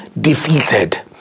defeated